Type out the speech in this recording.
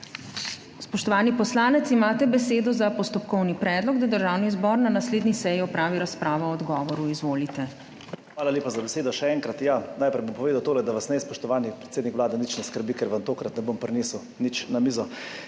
Spoštovani poslanec, imate besedo za postopkovni predlog, da Državni zbor na naslednji seji opravi razpravo o odgovoru. Izvolite. **ALEKSANDER REBERŠEK (PS NSi):** Hvala lepa za besedo še enkrat. Najprej bom povedal tole, da vas naj, spoštovani predsednik Vlade, nič ne skrbi, ker vam tokrat ne bom prinesel nič na mizo.